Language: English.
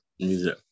Music